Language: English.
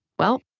well,